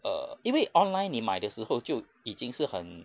err 因为 online 你买的时候就已经是很